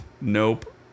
Nope